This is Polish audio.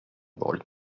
woli